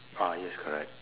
ah yes correct